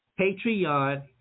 Patreon